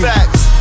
Facts